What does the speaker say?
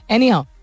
Anyhow